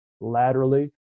laterally